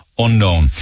Unknown